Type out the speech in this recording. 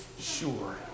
sure